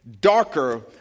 darker